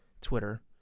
Twitter